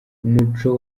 umuco